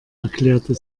erklärte